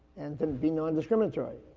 and to be non-discriminatory.